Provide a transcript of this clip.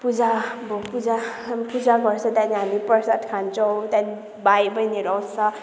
पूजा अब पूजा पूजा पूजा गर्छ त्यहाँदेखि हामी प्रसाद खान्छौँ त्यहाँदेखि भाइ बहिनीहरू आउँछ